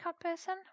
person